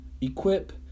equip